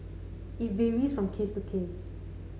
it varies from case to case